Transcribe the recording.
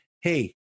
hey